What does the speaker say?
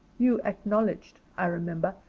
you acknowledged, i remember,